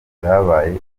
byabaye